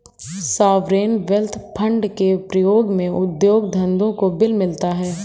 sovereign wealth fund के प्रयोग से उद्योग धंधों को बल मिलता है